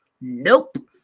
Nope